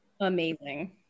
amazing